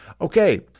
Okay